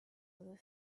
other